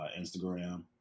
instagram